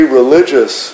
religious